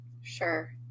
Sure